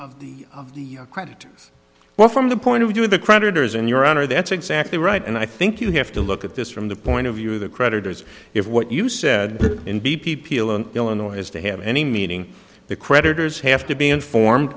of the of the creditors well from the point of view of the creditors and your honor that's exactly right and i think you have to look at this from the point of view of the creditors if what you said in b p peel and illinois is to have any meaning the creditors have to be informed